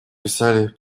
писали